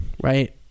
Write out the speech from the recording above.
right